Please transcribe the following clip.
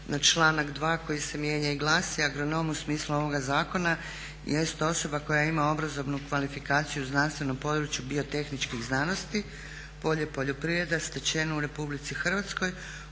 na članak 2.koji se mijenja i glasi agronom u smislu ovoga zakona jest osoba koja ima obrazovnu kvalifikaciju znanstvenog područja biotehničkih znanosti polje poljoprivrede stečenu u RH u drugoj